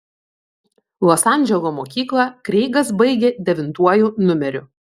los andželo mokyklą kreigas baigė devintuoju numeriu